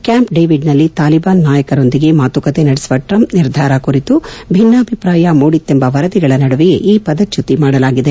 camp ಡೇವಿಡ್ನಲ್ಲಿ ತಾಲಿಬಾನ್ ನಾಯಕರೊಂದಿಗೆ ಮಾತುಕತೆ ನಡೆಸುವ ಟ್ರಂಪ್ ನಿರ್ಧಾರ ಕುರಿತು ಭಿನ್ನಾಭಿಪ್ರಾಯ ಮೂಡಿತ್ತೆಂಬ ವರದಿಗಳ ನಡುವೆಯೇ ಈ ಪದಚ್ಯುತಿ ಮಾಡಲಾಗಿದೆ